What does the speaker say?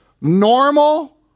normal